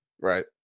Right